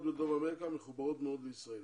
בדרום אמריקה מחוברות מאוד לישראל.